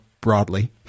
broadly